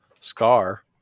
scar